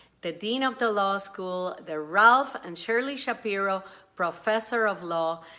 the dean of the law school, the ralph and shirley shapiro professor of law,